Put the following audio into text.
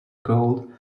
called